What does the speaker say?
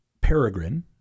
Peregrine